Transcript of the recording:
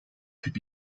could